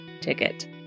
ticket